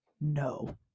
no